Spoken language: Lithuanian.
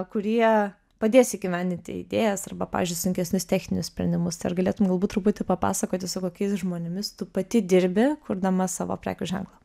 kurie padės įgyvendinti idėjas arba pavyzdžiui sunkesnius techninius sprendimus tai ar galėtum galbūt truputį papasakoti su kokiais žmonėmis tu pati dirbi kurdama savo prekių ženklą